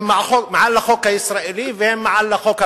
הם מעל לחוק הישראלי והם מעל לחוק הבין-לאומי.